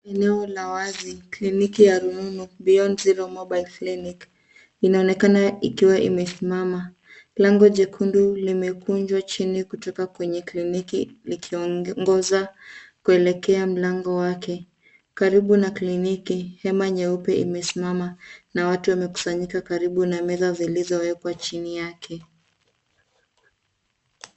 Eneo la wazi. Kliniki ya rununu, Beyond Zero Mobile Clinic, inaonekana ikiwa imesimama. Lango jekundu limekunjwa chini kutoka kwenye kliniki likiongoza kuelekea mlango wake. Karibu na kliniki, hema nyeupe imesimama na watu wamekusanyika karibu na meza zilizowekwa chini yake.